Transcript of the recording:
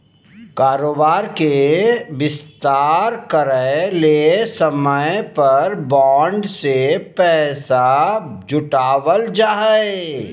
कारोबार के विस्तार करय ले समय समय पर बॉन्ड से पैसा जुटावल जा हइ